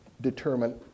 determine